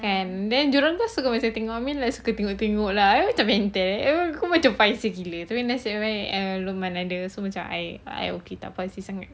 kan dia orang pun suka macam tengok I mean like suka tengok-tengok lah macam bente everyone kau macam paiseh gila seh nasib baik eh lukman ada so macam I I okay tak sangsi sangat